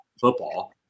football